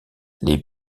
les